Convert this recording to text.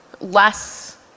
less